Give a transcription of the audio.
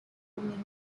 community